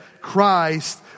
Christ